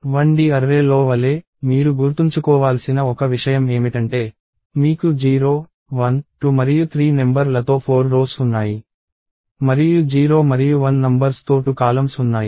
1D array లో వలె మీరు గుర్తుంచుకోవాల్సిన ఒక విషయం ఏమిటంటే మీకు 0 1 2 మరియు 3 నెంబర్ లతో 4 రోస్ ఉన్నాయి మరియు 0 మరియు 1 నంబర్స్ తో 2 కాలమ్స్ ఉన్నాయి